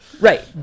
Right